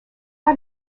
had